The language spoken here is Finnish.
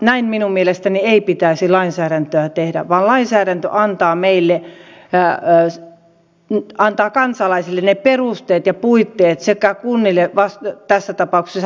näin minun mielestäni ei pitäisi lainsäädäntöä tehdä vaan lainsäädäntö antaa kansalaisille sekä kunnille tässä tapauksessa kunnille ne perusteet ja puitteet sekä kunnille vasta tässä tapauksessa